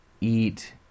eat